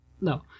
no